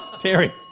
Terry